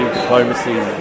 diplomacy